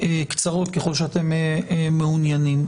קצרות ככל שאתם מעוניינים.